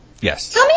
Yes